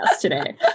today